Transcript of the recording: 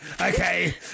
Okay